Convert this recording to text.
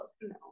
No